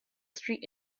street